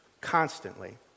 constantly